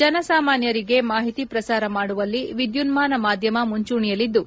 ಜನಸಾಮಾನ್ಕರಿಗೆ ಮಾಹಿತಿ ಪ್ರಸಾರ ಮಾಡುವಲ್ಲಿ ವಿದ್ಯುವ್ದಾನ ಮಾಧ್ಯಮ ಮುಂಚೂಣಿಯಲ್ಲಿದ್ದು